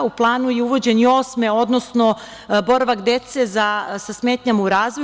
U planu je uvođenje i osme, odnosno boravak dece sa smetnjama u razvoju.